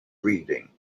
reading